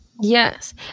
yes